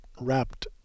wrapped